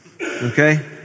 okay